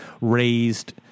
raised